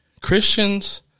Christians